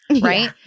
right